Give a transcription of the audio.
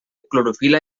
clorofil·la